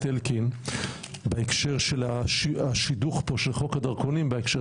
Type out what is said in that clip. אלקין בהקשר של השידוך פה של חוק הדרכונים בהקשר